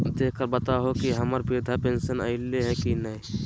देख कर बताहो तो, हम्मर बृद्धा पेंसन आयले है की नय?